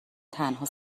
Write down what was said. تنها